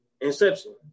Inception